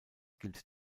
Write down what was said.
gilt